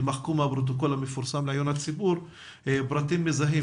יימחקו מהפרוטוקול המפורסם לעיון הציבור פרטים מזהים